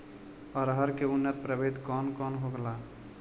अरहर के उन्नत प्रभेद कौन कौनहोला?